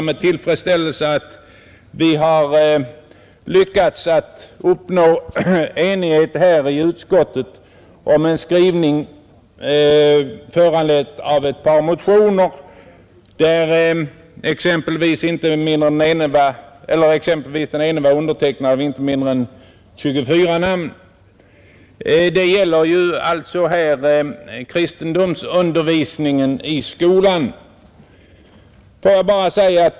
Med tillfredsställelse konstaterar jag att vi har lyckats uppnå enighet i utskottet om en skrivning, föranledd av ett par motioner, av vilka den ena var undertecknad av inte mindre än 24 ledamöter av kammaren. Det gäller här kristendomsundervisningen i skolan.